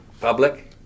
public